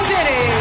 City